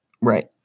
right